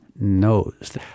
knows